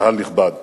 קהל נכבד,